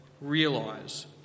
realise